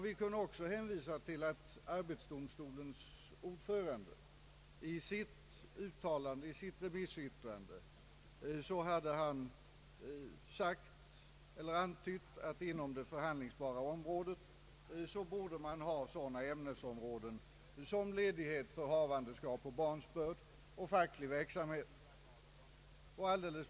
Vi kunde också hänvisa till att arbetsdomstolens ordförande i sitt remissyttrande hade antytt att det förhandlingsbara området borde innefatta ledighet för havandeskap, barnsbörd och facklig verksamhet.